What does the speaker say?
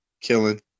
killing